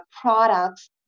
products